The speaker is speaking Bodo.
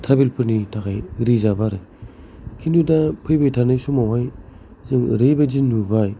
ट्राइबेल फोरनि थाखाय रिजार्ब आरो किन्टु दा फैबाय थानाय समावहाय जे एरैबादि नुबाय